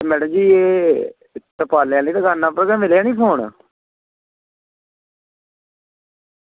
एह् मैडम जी एह् तरपालै आह्ली दकान उप्पर गै मिलेआ नी फोन